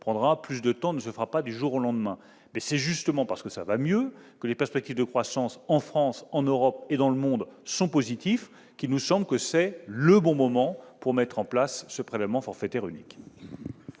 prendra plus de temps et ne se fera pas du jour au lendemain. C'est justement parce que cela va mieux et que les perspectives de croissance en France, en Europe et dans le monde sont positives que c'est le bon moment pour mettre en place ce prélèvement forfaitaire unique.